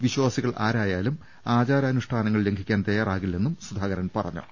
വിശ്വാസികൾ ആരായാലും ആചാരാനുഷ്ഠാനങ്ങൾ ലംഘിക്കാൻ തയാറാകില്ലെന്നും സുധാകരൻ പറഞ്ഞു